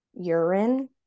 urine